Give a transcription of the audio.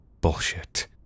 Bullshit